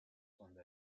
cuando